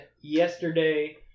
yesterday